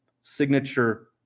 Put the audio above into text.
signature